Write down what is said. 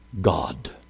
God